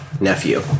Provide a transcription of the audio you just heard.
nephew